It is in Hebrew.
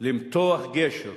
למתוח גשר